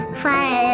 fire